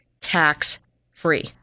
tax-free